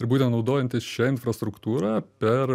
ir būtent naudojantis šia infrastruktūra per